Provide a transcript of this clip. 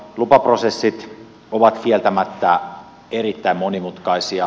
lupaprosessit ovat kieltämättä erittäin monimutkaisia